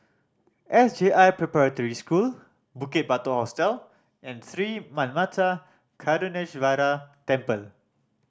S J I Preparatory School Bukit Batok Hostel and Sri Manmatha Karuneshvarar Temple